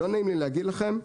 לא נעים לי להגיד לכם,